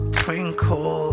twinkle